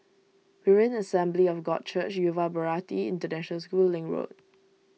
Berean Assembly of God Church Yuva Bharati International School Link Road